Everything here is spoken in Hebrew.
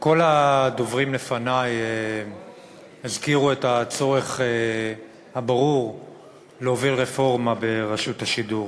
כל הדוברים לפני הזכירו את הצורך הברור להוביל רפורמה ברשות השידור.